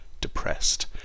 depressed